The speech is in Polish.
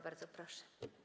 Bardzo proszę.